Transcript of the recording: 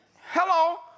Hello